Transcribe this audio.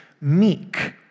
meek